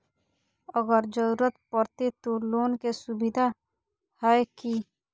अगर जरूरत परते तो लोन के सुविधा है की?